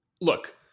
look